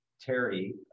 Terry